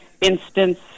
instance